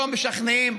לא משכנעים,